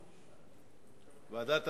חקיקה),